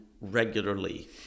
regularly